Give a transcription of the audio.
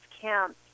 camps